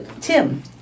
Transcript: Tim